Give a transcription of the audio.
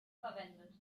verwendet